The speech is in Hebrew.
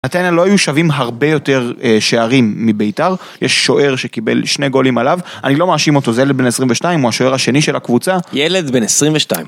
נתניה לא היו שווים הרבה יותר שערים מביתר, יש שוער שקיבל שני גולים עליו, אני לא מאשים אותו, זה ילד בין 22, הוא השוער השני של הקבוצה. ילד בין 22.